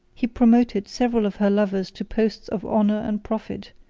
he promoted several of her lovers to posts of honor and profit,